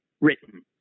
written